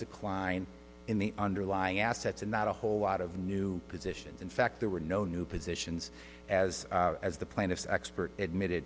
decline in the underlying assets and not a whole lot of new positions in fact there were no new positions as as the plaintiff's expert admitted